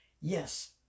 Yes